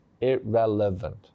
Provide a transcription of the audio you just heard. irrelevant